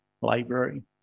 library